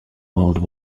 world